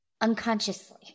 unconsciously